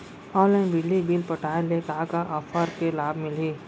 Online बिजली bill पटाय ले का का ऑफ़र के लाभ मिलही?